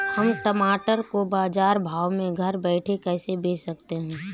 हम टमाटर को बाजार भाव में घर बैठे कैसे बेच सकते हैं?